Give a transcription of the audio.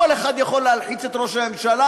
כל אחד יכול להלחיץ את ראש הממשלה.